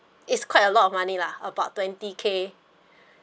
it's quite a lot of money lah about twenty K